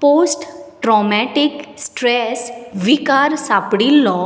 post traumatic stress विकार सापडिल्लो